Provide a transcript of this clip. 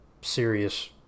serious